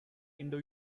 indo